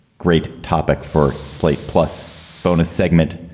great topic for slate plus bonus segment.